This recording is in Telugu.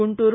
గుంటూరు